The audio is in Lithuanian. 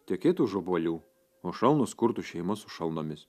tekėtų už obuolių o šalnos kurtų šeimas su šalnomis